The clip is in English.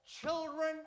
Children